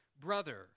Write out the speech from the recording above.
brother